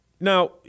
now